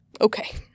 Okay